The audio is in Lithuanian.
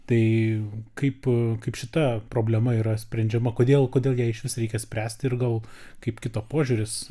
tai kaip kaip šita problema yra sprendžiama kodėl kodėl ją išvis reikia spręsti ir gal kaip kito požiūris